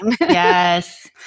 Yes